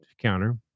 counter